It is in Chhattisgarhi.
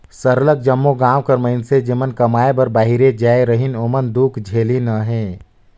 सरलग जम्मो गाँव कर मइनसे जेमन कमाए बर बाहिरे जाए रहिन ओमन दुख झेलिन अहें